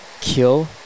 kill